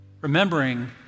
remembering